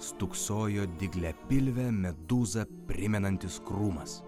stūksojo dygliapilvę medūzą primenantis krūmas